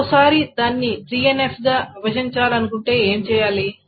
మరోసారి దానిని 3NF గా విభజించాలనుకుంటే ఏమి చేయాలి